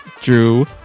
drew